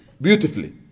Beautifully